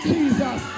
Jesus